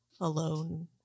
alone